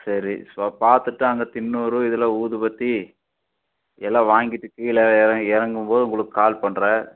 சரி பார்த்துட்டு அங்கே திருநூறு இது எல்லாம் ஊதுபத்தி எல்லாம் வாங்கிட்டு கீழே இற இறங்கும்போது உங்களுக்கு கால் பண்ணுறேன்